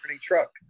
truck